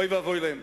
אוי ואבוי להם.